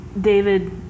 David